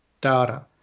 data